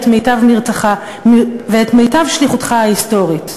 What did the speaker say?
מיטב מרצך ואת מיטב שליחותך ההיסטורית,